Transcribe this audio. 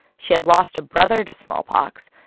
she had lost a brother to smallpox.